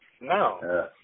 No